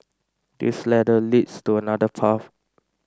this ladder leads to another path